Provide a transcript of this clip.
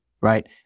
right